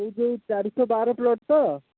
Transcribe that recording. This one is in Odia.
ଏଇ ଯେଉଁ ଚାରିଶହ ବାର ପ୍ଲଟ୍ ତ